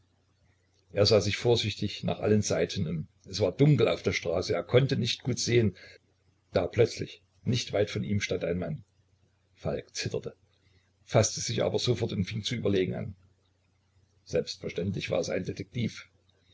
er sah sich vorsichtig nach allen seiten um es war dunkel auf der straße er konnte nicht gut sehen da plötzlich nicht weit von ihm stand ein mann falk zitterte faßte sich aber sofort und fing zu überlegen an selbstverständlich war es ein detektiv